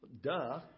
Duh